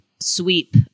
sweep